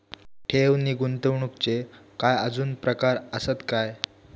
ठेव नी गुंतवणूकचे काय आजुन प्रकार आसत काय?